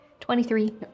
23